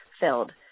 filled